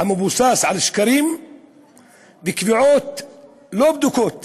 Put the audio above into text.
המבוסס על שקרים וקביעות לא בדוקות